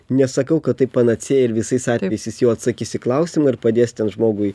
nesakau kad tai panacėja ir visais atvejais jis jau atsakys į klausimą ar padės ten žmogui